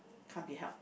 can't be helped